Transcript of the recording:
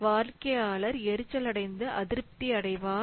வாடிக்கையாளர் எரிச்சலடைந்து அதிருப்தி அடைவார்